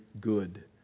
good